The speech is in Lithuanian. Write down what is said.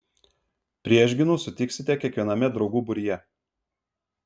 priešgynų sutiksite kiekviename draugų būryje